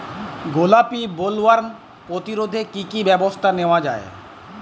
গোলাপী বোলওয়ার্ম প্রতিরোধে কী কী ব্যবস্থা নেওয়া হয়?